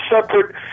separate